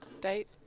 Date